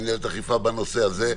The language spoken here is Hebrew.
מינהלת אכיפה להתייחס בנושא הזה.